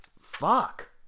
Fuck